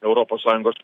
europos sąjungos